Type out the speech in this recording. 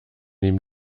ihm